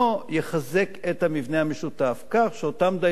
יחזק את המבנה המשותף כך שאותם דיירים